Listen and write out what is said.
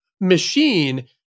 machine